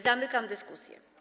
Zamykam dyskusję.